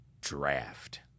draft